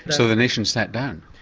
so the nation sat down?